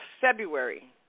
February